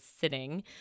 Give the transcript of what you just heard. sitting